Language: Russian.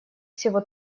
всего